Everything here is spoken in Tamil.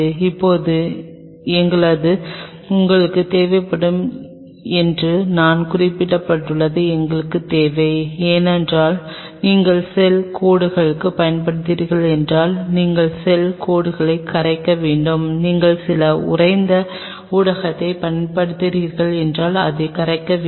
இப்போது எங்காவது உங்களுக்குத் தேவைப்படும் என்று நான் குறிப்பிட்டுள்ளதை எங்களுக்குத் தேவை ஏனென்றால் நீங்கள் செல் கோடுகளைப் பயன்படுத்துகிறீர்கள் என்றால் நீங்கள் செல் கோடுகளை கரைக்க வேண்டும் நீங்கள் சில உறைந்த ஊடகத்தைப் பயன்படுத்துகிறீர்கள் என்றால் அதை கரைக்க வேண்டும்